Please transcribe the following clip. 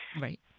Right